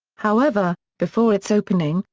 however, before its opening,